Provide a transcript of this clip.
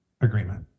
agreement